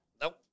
Nope